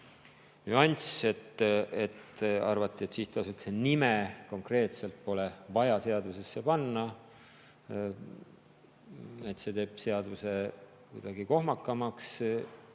nüanss: arvati, et sihtasutuse nime konkreetselt pole vaja seadusesse panna, sest see teeb seaduse kuidagi kohmakamaks.